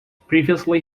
previously